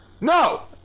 No